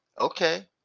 Okay